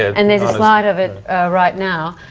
and there's a slide of it right now.